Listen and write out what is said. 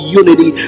unity